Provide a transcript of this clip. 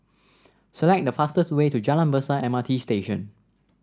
select the fastest way to Jalan Besar M R T Station